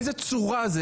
איזו צורה זאת?